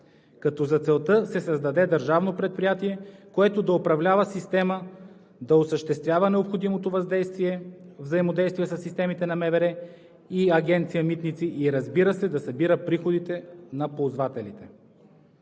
като за целта се създаде държавно предприятие, което да управлява система, да осъществява необходимото взаимодействие със системите на МВР и Агенция „Митници“ и, разбира се, да събира приходите на ползвателите.